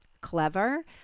clever